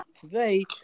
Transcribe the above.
Today